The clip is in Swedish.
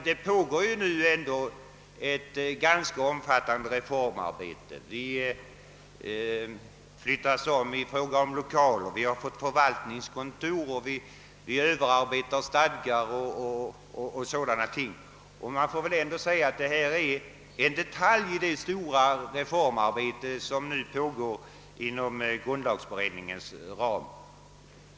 Det pågår emellertid nu ett ganska omfattande reformarbete: vi disponerar om våra lokaler, vi har fått ett förvaltningskontor, vi ser över stadgar, m.m. Det nu föreliggande förslaget får ändå ses som en detalj i det stora reformarbete som pågår inom grundlagberedningens ram.